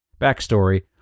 Backstory